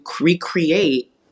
recreate